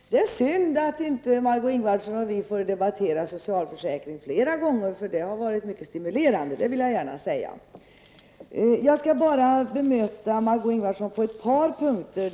Fru talman! Det är synd att inte Margó Ingvardsson och vi får debattera socialförsäkring flera gånger. Jag vill gärna säga att diskussionerna har varit mycket stimulerande. Jag skall bemöta Margó Ingvardsson på ett par punkter.